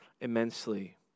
immensely